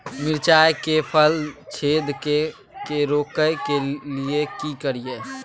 मिर्चाय मे फल छेदक के रोकय के लिये की करियै?